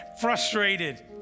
frustrated